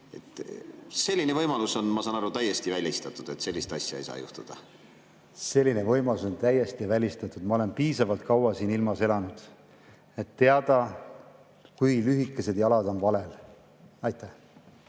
selline võimalus on, ma saan aru, täiesti välistatud. Sellist asja ei saa juhtuda? Selline võimalus on täiesti välistatud. Ma olen piisavalt kaua siin ilmas elanud, et teada, kui lühikesed jalad on valel.